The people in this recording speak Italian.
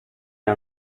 era